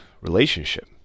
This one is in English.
relationship